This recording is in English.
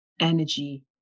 energy